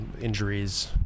Injuries